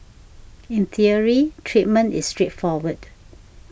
in theory treatment is straightforward